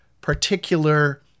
particular